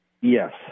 Yes